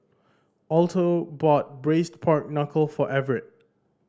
Alto bought Braised Pork Knuckle for Everett